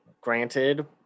granted